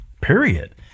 period